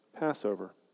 Passover